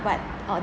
what uh